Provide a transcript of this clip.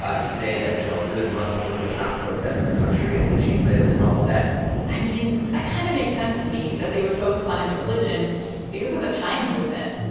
ah to say that, you know, a good muslim does not protest the country in which he lives and all of that i mean, that ah kind of makes sense to me, that they would focus on his religion because of the time he was in.